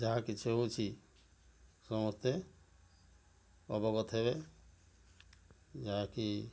ଯାହା କିଛି ହେଉଛି ସମସ୍ତେ ଅବଗତ ହେବେ ଯାହା କି